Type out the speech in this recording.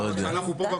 אני ממשיך עם